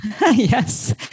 Yes